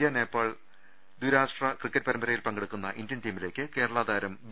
നേപ്പാൾ ദ്വിരാഷ്ട്ര ക്രിക്കറ്റ് പരമ്പരയിൽ പങ്കെടുക്കുന്നു ഇന്ത്യൻ ടീമിലേക്ക് കേരളാ താരം ബി